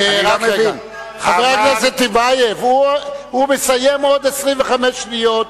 חבר הכנסת טיבייב, הוא מסיים בעוד 25 שניות.